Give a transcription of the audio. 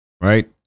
Right